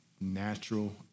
natural